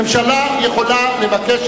הממשלה יכולה לבקש